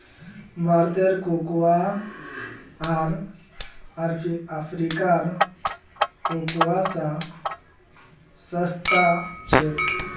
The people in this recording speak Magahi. भारतेर कोकोआ आर अफ्रीकार कोकोआ स सस्ता छेक